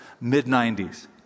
mid-90s